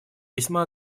весьма